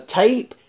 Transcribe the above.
tape